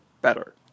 better